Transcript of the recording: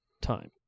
time